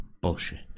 bullshit